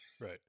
Right